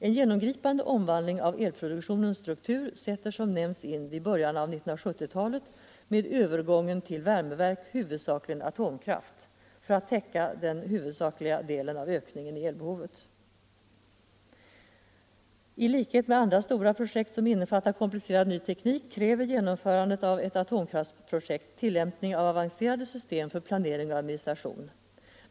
En genomgripande omvandling av elproduktionens struktur sätter som nämnts in vid början av 1970-talet med övergången till värmekraft, huvudsakligen atomkraft, för att täcka den huvudsakliga delen av ökningen i elbehoven. ——— I likhet med andra stora projekt som innefattar komplicerad ny teknik kräver genomförandet av ett atomkraftverksprojekt tillämpning av avancerade system för planering och administration.